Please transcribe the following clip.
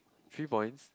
three points